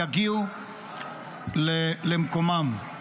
יגיעו למקומם.